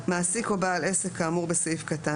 (ב) מעסיק או בעל עסק כאמור בסעיף קטן